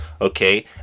okay